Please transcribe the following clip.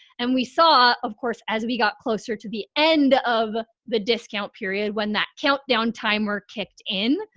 and we saw, of course as we got closer to the end of the discount period, when that countdown timer kicked in,